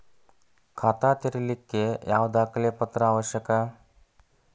ಖಾತಾ ತೆರಿಲಿಕ್ಕೆ ಯಾವ ದಾಖಲೆ ಪತ್ರ ಅವಶ್ಯಕ?